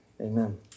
amen